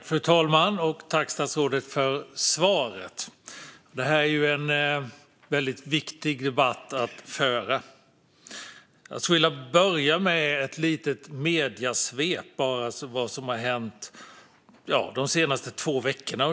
Fru talman! Tack, statsrådet, för svaret! Det här är ju en väldigt viktig debatt att föra. Jag skulle vilja börja med ett litet mediesvep över vad som har hänt ungefär de senaste två veckorna.